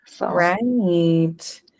Right